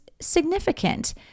significant